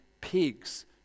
pigs